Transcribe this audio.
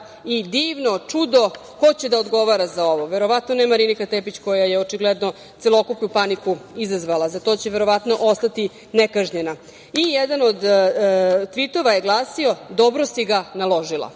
i divno čudo, ko će da odgovara za ovo? Verovatno ne Marinika Tepić koja je očigledno celokupnu paniku izazvala. Za to će verovatno ostati nekažnjena. Jedan od tvitova je glasio – dobro si ga naložila. Dakle,